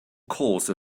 course